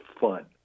fun